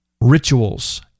rituals